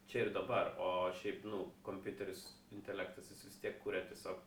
čia ir dabar o šiaip nu kompiuteris intelektas jis vis tiek kuria tiesiog